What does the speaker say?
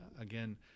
Again